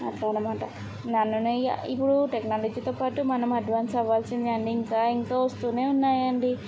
అట్లా అన్నమాట నన్ను నేయి ఇప్పుడూ టెక్నాలజీతో పాటు మనం అడ్వాన్స్ అవ్వాల్సిందే అండి ఇంకా ఇంకా వస్తూనే ఉన్నాయి అండి